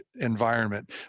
environment